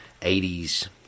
80s